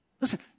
Listen